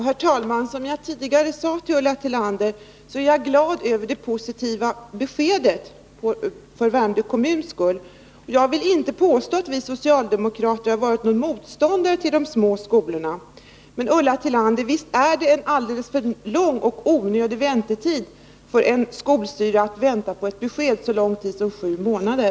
Herr talman! Som jag tidigare sade till Ulla Tillander är jag för Värmdö kommuns skull glad över det positiva beskedet. Jag vill dock inte hålla med om att vi socialdemokrater har varit några motståndare till de små skolorna. Men, Ulla Tillander, visst är det en alldeles för lång och onödig väntetid när en skolstyrelse får vänta på besked i sju månader?